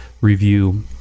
review